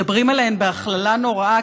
מדברים עליהן בהכללה נוראה,